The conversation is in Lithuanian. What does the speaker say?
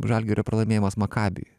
žalgirio pralaimėjimas makabiui